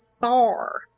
far